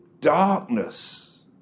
darkness